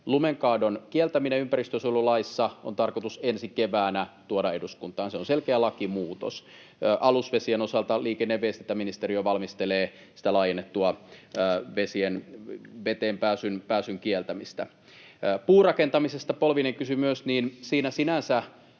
Lumenkaadon kieltäminen ympäristönsuojelulaissa on tarkoitus ensi keväänä tuoda eduskuntaan, se on selkeä lakimuutos. Alusvesien osalta liikenne- ja viestintäministeriö valmistelee sitä laajennettua veteenpääsyn kieltämistä. Puurakentamisesta Polvinen kysyi myös. Siinä sinänsä